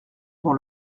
dans